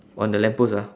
on the lamp post ah